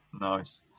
nice